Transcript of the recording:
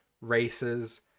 races